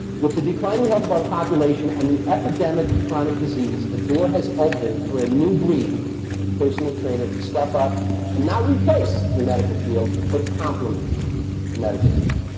with the declining health of our population and the epidemic of chronic disease, a door has opened for a new breed of personal trainer to step up and not replace the medical field but compliments the medical field.